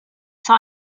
saw